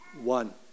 One